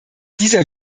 dieser